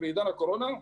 בעידן הקורונה,